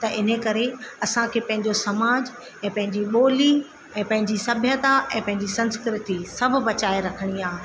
त इन करे असांखे पंहिंजो समाज ऐं पंहिंजी ॿोली ऐं पंहिंजी सभ्यता ऐं पंहिंजी संस्कृति सभु बचाए रखणी आहे